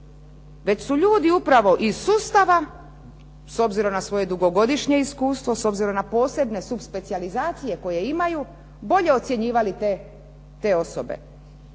već su ljudi upravo iz sustava, s obzirom na svojem dugogodišnje iskustvo, s obzirom na posebne subspecijalizacije koje imaju, bolje ocjenjivali te osobe.